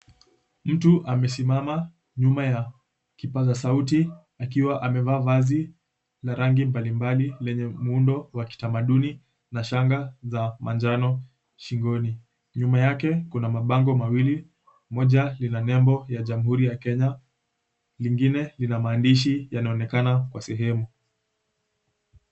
Mtu amesimama nyuma ya kipaza sauti akiwa amevaa vazi la rangi mbali mbali lenye muundo wa kitamaduni na shanga za manjano shingoni. Nyuma yake kuna mabango mawili, moja lina nembo ya jamuhuri ya Kenya, lingine lina maandishi yanaonekana kwa sehemu.